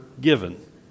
given